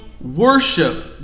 worship